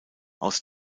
aus